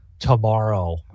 Tomorrow